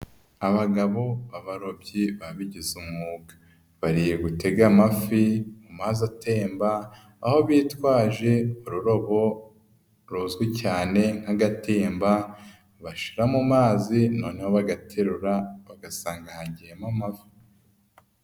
Abagabo b'abarobyi babigize umwuga, bari gutega amafi mu mazi atemba, aho bitwaje ururobo ruzwi cyane nk'agatimba bashyira mu mazi noneho bagaterura bagasanga hagiyemo amafi.